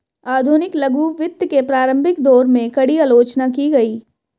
आधुनिक लघु वित्त के प्रारंभिक दौर में, कड़ी आलोचना की गई